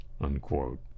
unquote